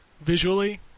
visually